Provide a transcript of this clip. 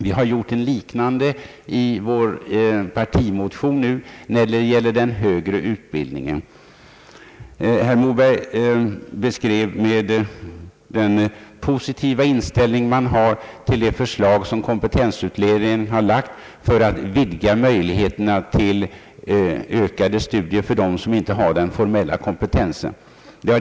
Vi har nu gjort en liknande skiss i vår partimotion vad gäller den högre utbildningen. Herr Moberg beskrev den positiva inställning man har till det förslag som kompetensutredningen har lagt fram för att vidga möjligheterna till ökade studier för dem som inte har den formella kompetensen.